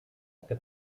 que